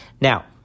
Now